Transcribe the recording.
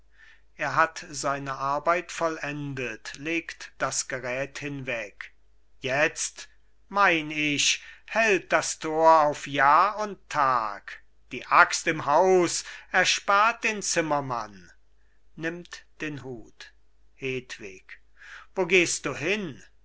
er hat seine arbeit vollendet legt das gerät hinweg jetzt mein ich hält das tor auf jahr und tag die axt im haus erspart den zimmermann nimmt den hut hedwig wo gehst du hin